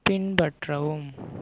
பின்பற்றவும்